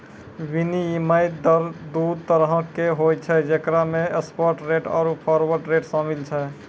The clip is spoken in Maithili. विनिमय दर दु तरहो के होय छै जेकरा मे स्पाट रेट आरु फारवर्ड रेट शामिल छै